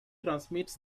transmits